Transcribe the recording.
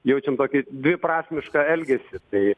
jaučiam tokį dviprasmišką elgesį tai